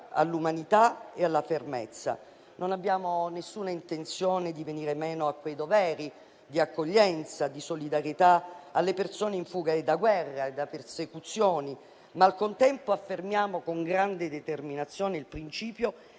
all'umanità e alla fermezza. Non abbiamo nessuna intenzione di venire meno a quei doveri di accoglienza e di solidarietà verso le persone in fuga da guerre e da persecuzioni; al contempo, però, affermiamo con grande determinazione il principio